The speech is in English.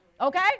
Okay